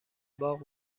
باغ